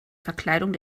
verkleidung